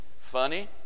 funny